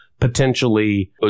potentially